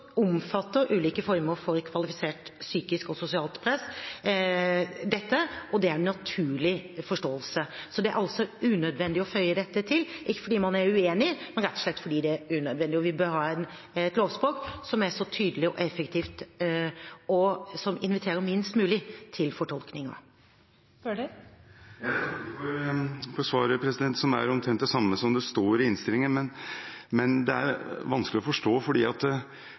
ulike former for kvalifisert psykisk og sosialt press omfatter dette, og at det er en naturlig forståelse. Så det er altså unødvendig å føye dette til, ikke fordi man er uenig, men rett og slett fordi det er unødvendig. Vi bør ha et lovspråk som er tydelig og effektivt, og som minst mulig inviterer til fortolkninger. Jeg takker for svaret, som er omtrent det samme som står i innstillingen. Men det er vanskelig å forstå,